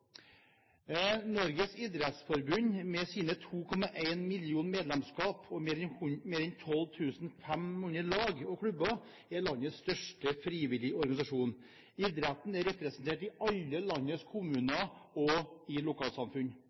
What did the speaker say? Norges idrettsforbund er med sine 2,1 millioner medlemskap og mer enn 12 500 lag og klubber landets største frivillige organisasjon. Idretten er representert i alle landets kommuner og lokalsamfunn.